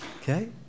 Okay